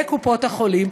וקופות-החולים,